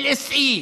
LSE,